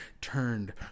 turned